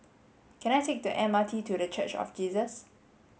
can I take the M R T to The Church of Jesus